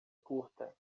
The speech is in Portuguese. curta